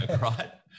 right